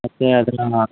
ಮತ್ತೆ ಅದರ